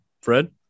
Fred